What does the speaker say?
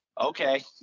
Okay